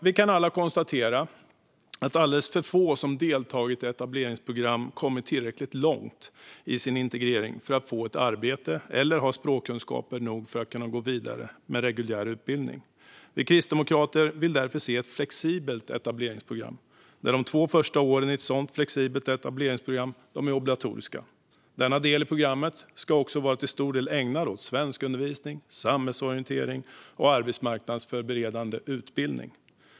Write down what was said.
Vi kan alla konstatera att alldeles för få som deltagit i etableringsprogram kommit tillräckligt långt i sin integrering för att få ett arbete eller har språkkunskaper nog för att kunna gå vidare med reguljär utbildning. Vi kristdemokrater vill därför se ett flexibelt etableringsprogram. De två första åren i ett sådant flexibelt etableringsprogram ska vara obligatoriska, och denna del av programmet ska till stor del ägnas åt svenskundervisning, samhällsorientering och arbetsmarknadsförberedande utbildning.